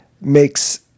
makes